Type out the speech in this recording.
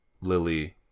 Lily